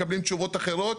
מקבלים תשובות אחרות,